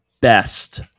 best